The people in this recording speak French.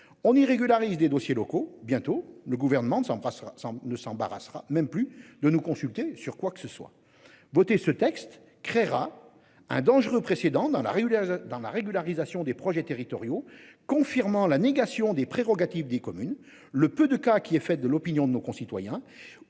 on il régularise des dossiers locaux bientôt le gouvernement de s'passera ne s'embarrassera même plus de nous consulter sur quoi que ce soit voté ce texte créera un dangereux précédent dans la rivière dans la régularisation des projets territoriaux confirmant la négation des prérogatives des communes, le peu de cas qui est fait de l'opinion de nos concitoyens